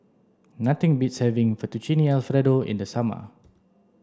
nothing beats having Fettuccine Alfredo in the summer